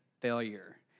failure